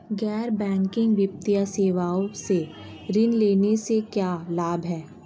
गैर बैंकिंग वित्तीय सेवाओं से ऋण लेने के क्या लाभ हैं?